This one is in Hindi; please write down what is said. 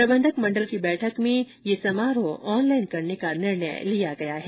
प्रबंधक मंडल की बैठक में दीक्षांत समारोह ऑनलाइन करने का निर्णय लिया गया है